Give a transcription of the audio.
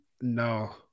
no